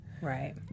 Right